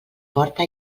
porta